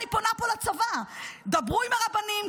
ולכן אני פונה פה לצבא: דברו עם הרבנים,